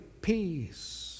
peace